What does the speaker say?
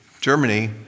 Germany